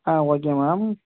ah okay ma'am